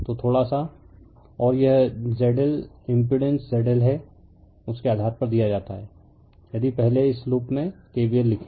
तो थोड़ा सा और यह ZL इम्पिड़ेंस ZL है उसके आधार पर दिया जाता है यदि पहले इस लूप में KVL लिखें